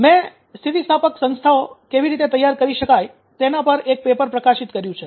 મેં સ્થિતિસ્થાપક સંસ્થાઓ કેવી રીતે તૈયાર કરી શકાય તેના પર એક પેપર પ્રકાશિત કર્યું છે